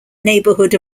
neighborhood